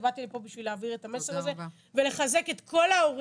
באתי לפה להעביר את המסר הזה ולחזק את כל ההורים.